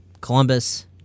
Columbus